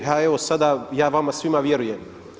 A evo sada ja vama svima vjerujem.